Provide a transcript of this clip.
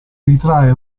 ritrae